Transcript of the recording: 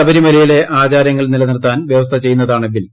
ശബരിമലയിലെ ആചാരങ്ങൾ നിലനിർത്താൻ വ്യവസ്ഥ ചെയ്യുന്നതാണ് ബിൽ